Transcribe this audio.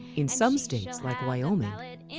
in some states like wyoming, and